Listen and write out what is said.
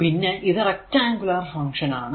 പിന്നെ ഇത് rectangular function ആണ്